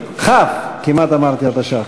כמעט אמרתי התש"ח,